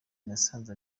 nasanze